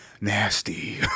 Nasty